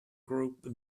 group